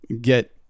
get